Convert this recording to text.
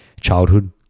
childhood